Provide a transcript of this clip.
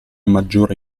maggiore